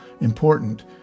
important